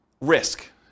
risk